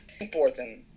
important